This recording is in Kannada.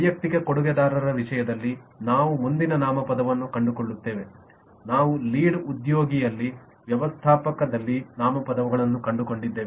ವೈಯಕ್ತಿಕ ಕೊಡುಗೆದಾರರ ವಿಷಯದಲ್ಲಿ ನಾವು ಮುಂದಿನ ನಾಮಪದವನ್ನು ಕಂಡುಕೊಳ್ಳುತ್ತೇವೆ ನಾವು ಲೀಡ್ ಉದ್ಯೋಗಿಯಲ್ಲಿ ವ್ಯವಸ್ಥಾಪಕದಲ್ಲಿ ನಾಮಪದಗಳನ್ನು ಕಂಡುಕೊಂಡಿದ್ದೇವೆ